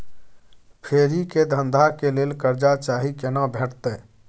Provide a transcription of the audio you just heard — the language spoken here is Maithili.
फेरी के धंधा के लेल कर्जा चाही केना भेटतै?